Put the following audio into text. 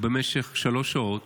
ובמשך שלוש שעות